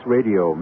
Radio